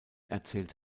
erzählt